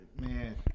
Man